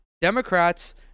Democrats